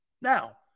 Now